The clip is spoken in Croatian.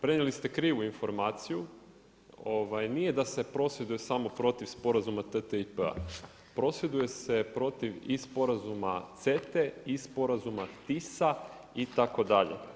Prenijeli ste krivu informaciju, nije da se prosvjeduje samo protiv Sporazuma TTIP-a, prosvjeduje se protiv i Sporazuma CETA-e i Sporazuma TISA itd.